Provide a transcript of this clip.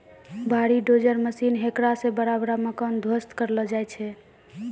भारी dozer machine हेकरा से बड़ा बड़ा मकान ध्वस्त करलो जाय छै